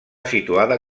situada